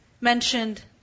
mentioned